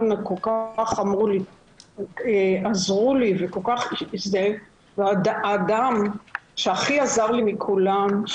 כל כך עזרו לי והאדם שהכי עזר לי מכולם,